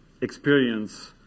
experience